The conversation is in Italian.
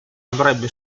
avrebbe